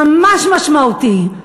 ממש משמעותי.